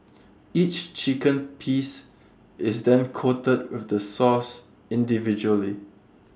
each chicken piece is then coated with the sauce individually